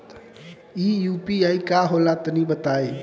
इ यू.पी.आई का होला तनि बताईं?